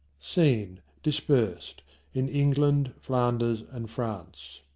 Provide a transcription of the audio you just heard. scene, dispers'd in england, flanders, and france.